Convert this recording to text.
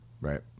Right